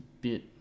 bit